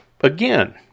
Again